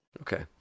Okay